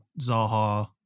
Zaha